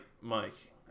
Mike